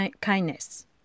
kindness